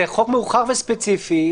זה חוק מאוחר וספציפי.